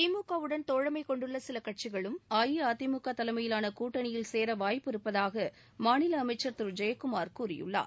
திமுகவுடன் தோழமை கொண்டுள்ள சில கட்சிகளும் அஇஅதிமுக தலைமையிலான கூட்டணியில்சேர வாய்ப்பு இருப்பதாக மாநில மாநில அமைச்சர் திரு ஜெயக்குமார் கூறியிருக்கிறார்